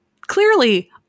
clearly